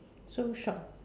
so short